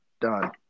done